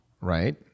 right